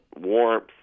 warmth